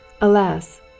Alas